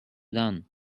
done